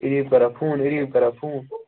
عریٖب کَران فون عریٖب کَران فون